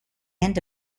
end